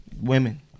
Women